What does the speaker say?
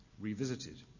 revisited